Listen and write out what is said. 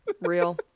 Real